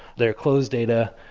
they are close data,